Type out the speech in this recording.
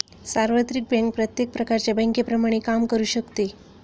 सार्वत्रिक बँक प्रत्येक प्रकारच्या बँकेप्रमाणे काम करू शकते